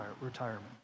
retirement